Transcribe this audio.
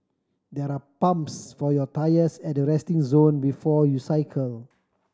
there are pumps for your tyres at the resting zone before you cycle